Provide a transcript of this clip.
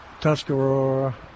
Tuscarora